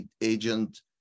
agent